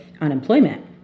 unemployment